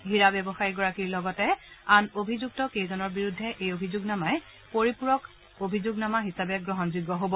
হীৰা ব্যৱসায়ীগৰাকীৰ লগতে আন অভিযুক্তকেইজনৰ বিৰুদ্ধে এই অভিযোগনামাই পৰিপূৰক অভিযোগনামা হিচাপে গ্ৰহণযোগ্য হ'ব